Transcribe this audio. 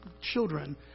children